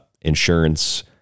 insurance